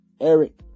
Eric